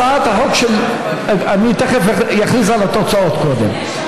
הצעת החוק של, אני תכף אכריז על התוצאות, קודם.